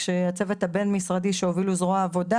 כשהצוות הבין משרדי שהובילו זרוע העבודה